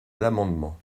l’amendement